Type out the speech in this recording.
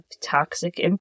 toxic